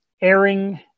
airing